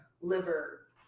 liver